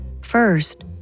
First